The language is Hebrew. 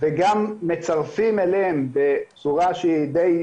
וגם מצרפים אליהם בצורה שהיא די,